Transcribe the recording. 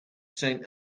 saint